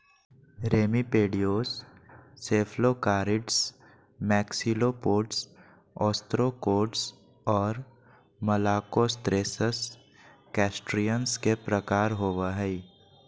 remipedes, cephalocarids, maxillopods, ostracods, और malacostracans, crustaceans के प्रकार होव हइ